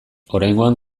oraingoan